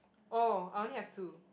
oh I only have two